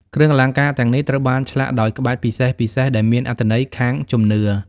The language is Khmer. គ្រឿងអលង្ការទាំងនេះ ត្រូវបានឆ្លាក់ដោយក្បាច់ពិសេសៗដែលមានអត្ថន័យខាងជំនឿ។